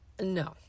no